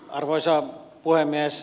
arvoisa puhemies